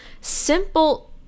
simple